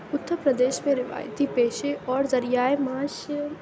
اُترپردیش میں روایتی پیشے اور ذریعہ معاش